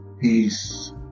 Peace